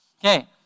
Okay